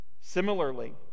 Similarly